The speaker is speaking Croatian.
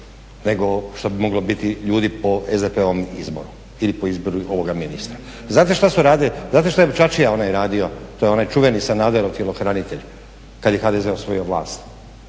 nego što bi moglo biti ljudi po SDP-ovom izboru ili po izboru ovoga ministra. Znate šta su radili? Znate šta je Čačija onaj radio? To je onaj čuveni Sanaderov tjelohranitelj kad je HDZ osvojio vlast?